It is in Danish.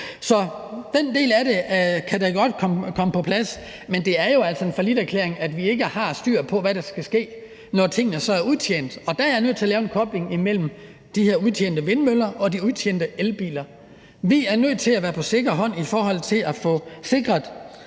Så den del af det kan da godt komme på plads. Men det er jo altså en falliterklæring, at vi ikke har styr på, hvad der skal ske, når tingene så er udtjent. Der er jeg nødt til at lave en kobling imellem de her udtjente vindmøller og de udtjente elbiler. Vi er nødt til at være på sikker grund i forhold til at få sikret,